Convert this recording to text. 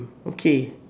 okay